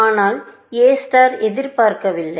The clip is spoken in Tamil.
ஆனால் எ ஸ்டார் எதிர்பார்க்கவில்லை